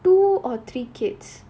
two or three kids